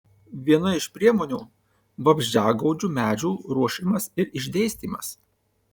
viena iš priemonių vabzdžiagaudžių medžių ruošimas ir išdėstymas